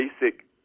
basic